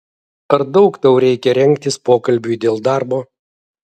ar daug tau reikia rengtis pokalbiui dėl darbo